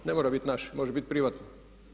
Ne mora biti naš, može biti privatni.